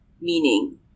meaning